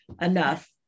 enough